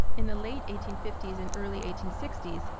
in the late eighteen fifty s and early eighteen sixty s,